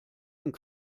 und